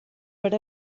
per